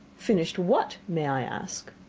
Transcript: finished what, may i ask?